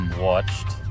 watched